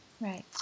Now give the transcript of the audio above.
Right